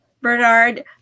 Bernard